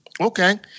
Okay